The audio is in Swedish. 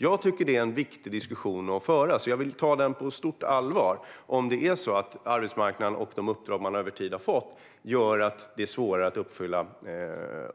Jag tycker att det är en viktig diskussion att föra, och jag vill ta den på stort allvar om arbetsmarknaden och de uppdrag som man över tid har fått gör att det är svårare att uppfylla